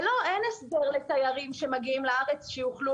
ואין הסדר לתיירים שמגיעים לארץ שיוכלו